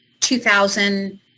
2000